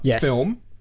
film